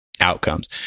outcomes